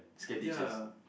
ya